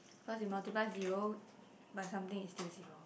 because you multiple zero by something is still zero